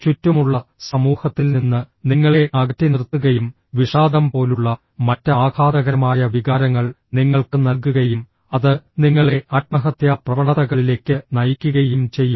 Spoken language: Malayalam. ചുറ്റുമുള്ള സമൂഹത്തിൽ നിന്ന് നിങ്ങളെ അകറ്റിനിർത്തുകയും വിഷാദം പോലുള്ള മറ്റ് ആഘാതകരമായ വികാരങ്ങൾ നിങ്ങൾക്ക് നൽകുകയും അത് നിങ്ങളെ ആത്മഹത്യാ പ്രവണതകളിലേക്ക് നയിക്കുകയും ചെയ്യും